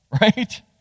right